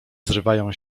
zrywają